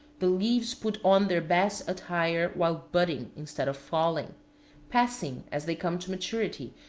the leaves put on their best attire while budding instead of falling passing, as they come to maturity,